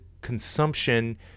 consumption